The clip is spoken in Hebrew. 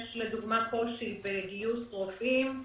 יש קושי בגיוס רופאים,